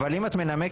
אבל אם את מנמקת,